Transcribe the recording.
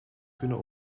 kunnen